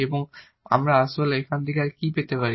এবং আমরা আসলে এর থেকে আর কি পেতে পারি